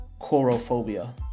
Chorophobia